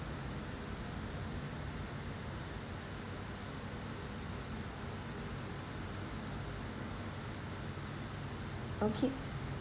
okay